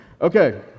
Okay